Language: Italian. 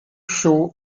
shaw